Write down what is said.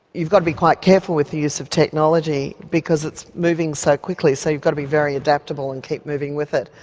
you've got to be quite careful with the use of technology, because it's moving so quickly, so you've got to be very adaptable and keep moving with it.